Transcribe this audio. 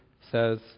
says